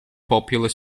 popular